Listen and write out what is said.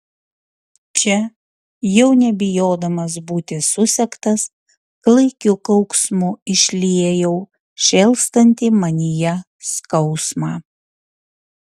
čia jau nebijodamas būti susektas klaikiu kauksmu išliejau šėlstantį manyje skausmą